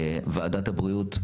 ועדת הבריאות,